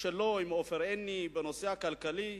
שלו עם עופר עיני בנושא הכלכלי.